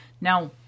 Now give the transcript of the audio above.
Now